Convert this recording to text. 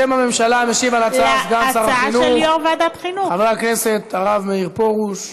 בשם הממשלה משיב על ההצעה סגן שר החינוך חבר הכנסת הרב מאיר פרוש.